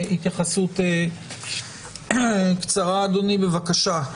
התייחסות קצרה, אדוני, בבקשה.